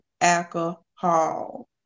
alcohol